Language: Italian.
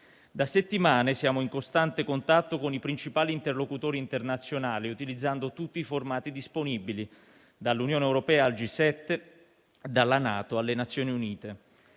Da settimane siamo in costante contatto con i principali interlocutori internazionali utilizzando tutti i formati disponibili, dall'Unione europea al G7, dalla NATO alle Nazioni Unite.